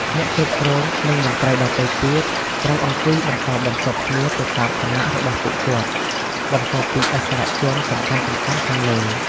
អ្នកគ្រប់គ្រង និងមន្ត្រីដទៃទៀត ត្រូវអង្គុយបន្តបន្ទាប់គ្នាទៅតាមឋានៈរបស់ពួកគាត់ បន្ទាប់ពីឥស្សរជនសំខាន់ៗខាងលើ។